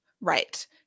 Right